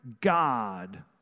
God